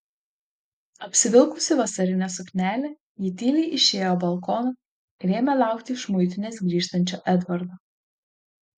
apsivilkusi vasarinę suknelę ji tyliai išėjo balkoną ir ėmė laukti iš muitinės grįžtančio edvardo